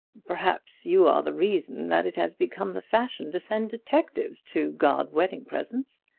perhaps you are the reason that it has become the fashion to send detectives to guard wedding presents.